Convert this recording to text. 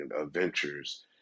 Adventures